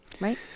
right